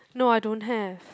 no I don't have